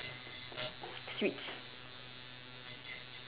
sweets